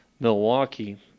Milwaukee